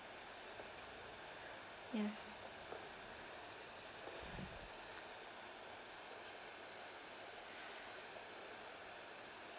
yes